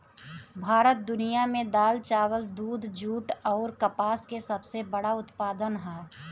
भारत दुनिया में दाल चावल दूध जूट आउर कपास के सबसे बड़ उत्पादक ह